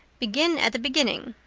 begin at the beginning.